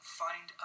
find